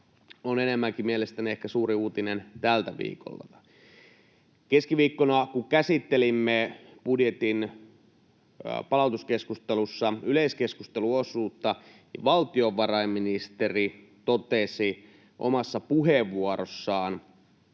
on enemmänkin mielestäni suuri uutinen tältä viikolta. Keskiviikkona, kun käsittelimme budjetin palautuskeskustelussa yleiskeskusteluosuutta, valtiovarainministeri totesi omassa puheenvuorossaan,